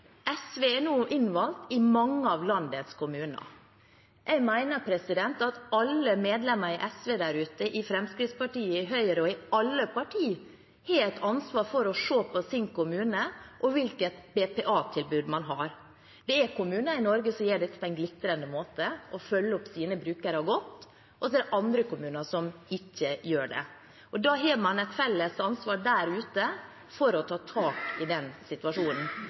et ansvar for å se på sin kommune og hvilket BPA-tilbud man har. Det er kommuner i Norge som gjør dette på en glitrende måte og følger opp sine brukere godt, og så er det andre kommuner som ikke gjør det. Da har man et felles ansvar der ute for å ta tak i den situasjonen.